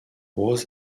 was